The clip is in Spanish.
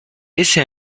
ese